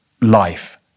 life